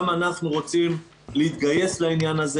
גם אנחנו רוצים להתגייס לעניין הזה